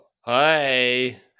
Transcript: hi